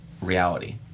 reality